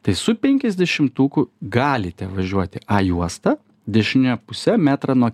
tai su penkiasdešimtuku galite važiuoti a juosta dešine puse metrą nuo